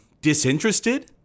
disinterested